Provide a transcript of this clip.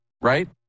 right